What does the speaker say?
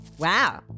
Wow